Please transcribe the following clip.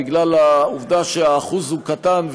בגלל העובדה שהאחוז הוא קטן,